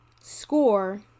score